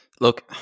Look